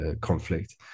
conflict